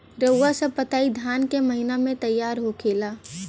रउआ सभ बताई धान क महीना में तैयार होखेला?